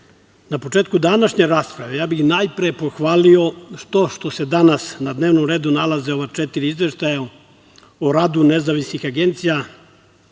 početku današnje rasprave, ja bih najpre pohvalio to što se danas na dnevnom redu nalaze ova četiri izveštaja o radu nezavisnih agencija